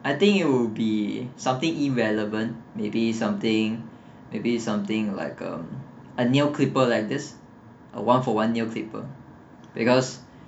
I think it will be something irrelevant maybe something maybe something like um a nail clipper like this uh one for one nail clipper because